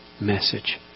message